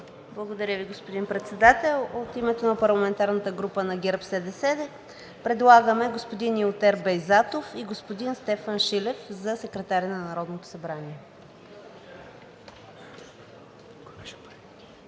Благодаря Ви, господин Председател. От името на парламентарната група ГЕРБ-СДС предлагаме господин Илтер Бейзатов и господин Стефан Шилев за секретари на Народното събрание.